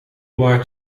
maart